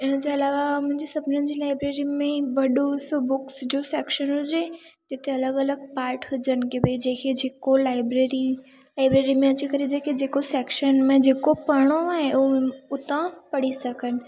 इन जे अलावा मुंहिंजी सपननि जी लाइब्रेरी में ई वॾो सो बुक्स जो सेक्शन हुजे जिते अलॻि अलॻि पाट हुजनि की भई जंहिंखे जेको लाइब्रेरी लाइब्रेरी में अची करे जेके जेको सेक्शन में जेको पढ़णो आहे उहे उतां पढ़ी सघनि